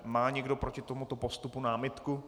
Má někdo proti tomuto postupu námitku?